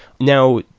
Now